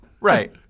Right